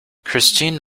christine